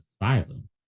asylum